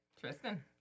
Tristan